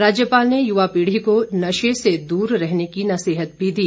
राज्यपाल ने युवा पीढ़ी को नशे से दूर रहने की नसीहत भी दी